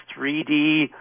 3D